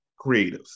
creatives